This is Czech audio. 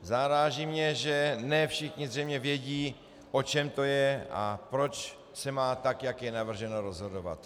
Zaráží mě, že ne všichni zřejmě vědí, o čem to je a proč se má, tak jak je navrženo, rozhodovat.